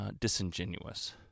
disingenuous